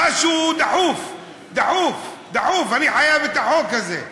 משהו דחוף, דחוף, דחוף, אני חייב את החוק הזה.